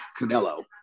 Canelo